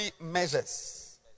measures